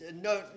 No